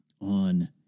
on